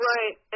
Right